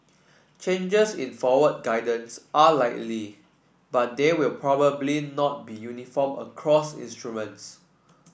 changes in forward guidance are likely but they will probably not be uniform across instruments